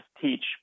teach